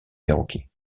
perroquets